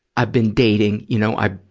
i've been dating. you know, i,